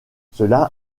cela